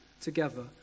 together